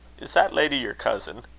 is that lady your cousin?